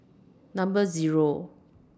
Number Zero